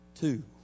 Two